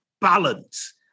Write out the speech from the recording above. balance